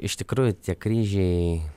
iš tikrųjų tie kryžiai